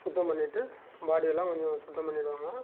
சுத்தம் பண்ணிகிட்டு பாடி எல்லாம் கொஞ்சம் சுத்தம் பண்ணிவிடுவாங்க